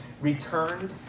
returned